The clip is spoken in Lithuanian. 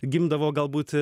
gimdavo galbūt